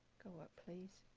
go up, please.